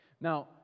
Now